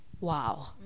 Wow